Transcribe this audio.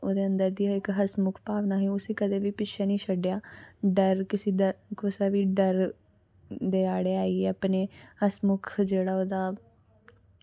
ओह्दे अंदर दी इक हंसमुखता होंदी ही उस्सी कदें बी पिच्छें निं छड्डेआ डर कुसै दा कुसै दा बी डर दे आड़े आइये अपने हंसमुख ओह्दा जेह्ड़ा